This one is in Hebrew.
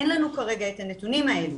אין לנו כרגע את הנתונים האלה.